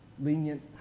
lenient